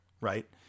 right